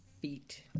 feet